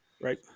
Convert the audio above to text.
Right